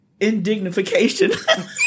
indignification